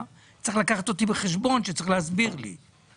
וצריך לקחת בחשבון שצריך להסביר לי.